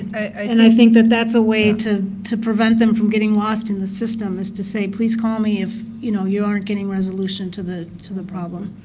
and i think that's a way to to prevent them from getting lost in the system is to say, please call me if you know you are getting resolution to the to the problem.